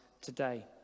today